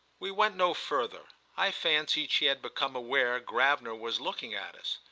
we went no further i fancied she had become aware gravener was looking at us.